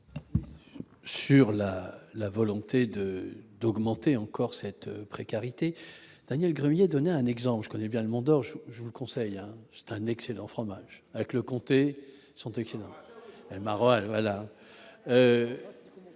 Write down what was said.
Sur la la volonté de d'augmenter encore cette précarité Daniel Gremillet, donner un exemple, je connais bien le monde, or je vous conseille, c'est un excellent fromage avec le comté sont excellents.